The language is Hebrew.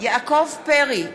יעקב פרי,